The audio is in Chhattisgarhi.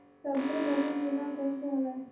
सबले बने बीमा कोन से हवय?